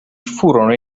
furono